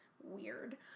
Weird